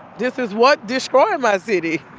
this is what destroyed my city.